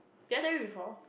did I tell you before